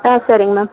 ஆ சரிங்க மேம்